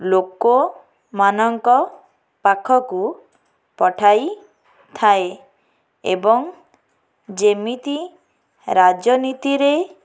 ଲୋକମାନଙ୍କ ପାଖକୁ ପଠାଇଥାଏ ଏବଂ ଯେମିତି ରାଜନୀତିରେ